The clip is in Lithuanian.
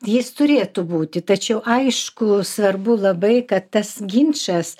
jis turėtų būti tačiau aišku svarbu labai kad tas ginčas